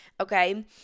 Okay